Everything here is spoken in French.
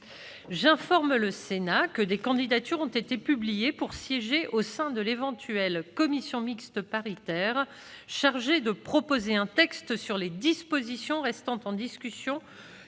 J'informe le Sénat que des candidatures ont été publiées pour siéger au sein de l'éventuelle commission mixte paritaire chargée de proposer un texte sur les dispositions restant en discussion